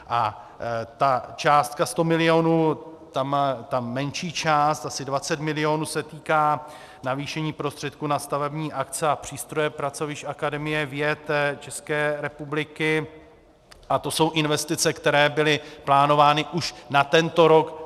A ta částka 100 milionů ta menší část, asi 20 milionů, se týká navýšení prostředků na stavební akce a přístroje pracovišť Akademie věd České republiky a to jsou investice, které byly plánovány už na tento rok 2018.